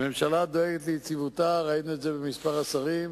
הממשלה דואגת ליציבותה, ראינו את זה במספר השרים,